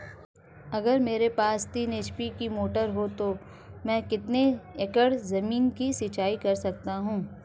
अगर मेरे पास तीन एच.पी की मोटर है तो मैं कितने एकड़ ज़मीन की सिंचाई कर सकता हूँ?